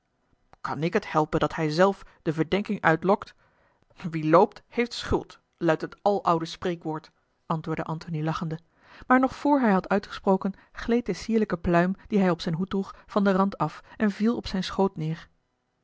kan ik het helpen dat hij zelf de verdenking uitlokt wie loopt heeft schuld luidt het aloude spreekwoord antwoordde antony lachende maar nog vr hij had uitgesproken gleed de sierlijke pluim die hij op zijn hoed droeg van den rand af en viel op zijn schoot neêr